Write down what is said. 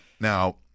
Now